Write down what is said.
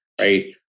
Right